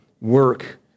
work